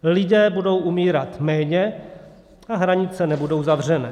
Lidé budou umírat méně a hranice nebudou zavřené.